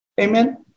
Amen